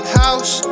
house